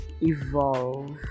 evolve